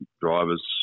drivers